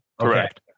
Correct